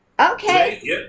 Okay